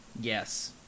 Yes